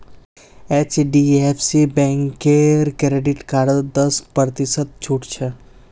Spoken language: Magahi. एचडीएफसी बैंकेर क्रेडिट कार्डत दस प्रतिशत छूट छ